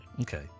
Okay